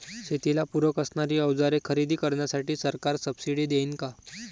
शेतीला पूरक असणारी अवजारे खरेदी करण्यासाठी सरकार सब्सिडी देईन का?